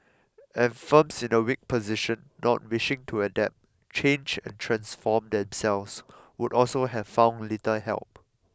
and firms in a weak position not wishing to adapt change and transform themselves would also have found little help